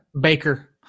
Baker